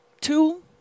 two